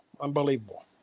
Unbelievable